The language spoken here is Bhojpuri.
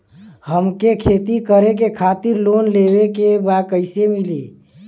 हमके खेती करे खातिर लोन लेवे के बा कइसे मिली?